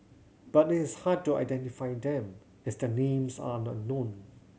but it is hard to identify them as their names are unknown